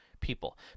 people